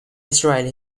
israeli